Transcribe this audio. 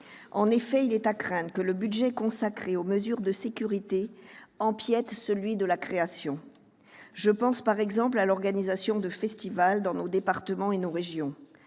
En effet, il est à craindre que le budget consacré aux mesures de sécurité n'empiète sur celui de la création. Je pense, par exemple, à l'organisation de festivals dans nos départements et nos régions.